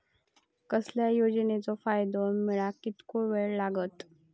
कसल्याय योजनेचो फायदो मेळाक कितको वेळ लागत?